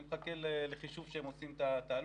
אני מחכה לחישוב שהם עושים לגבי העלות.